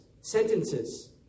sentences